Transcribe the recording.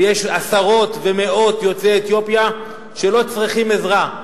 ויש עשרות ומאות יוצאי אתיופיה שלא צריכים עזרה.